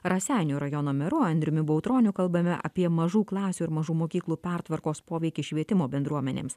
raseinių rajono meru andriumi bautroniu kalbame apie mažų klasių ir mažų mokyklų pertvarkos poveikį švietimo bendruomenėms